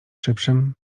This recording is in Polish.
szybszym